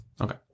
Okay